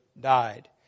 died